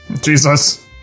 Jesus